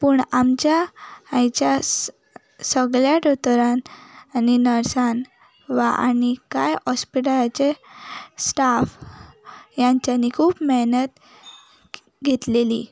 पूण आमच्या आयच्या सगळ्या दोतोरान आनी नर्सान वा आनी कांय हॉस्पिटलाचे स्टाफ हेंच्यानी खूब मेहनत घेतलेली